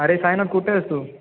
अरे सायनात कुठे आहेस तू